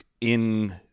in-